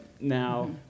now